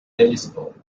telescope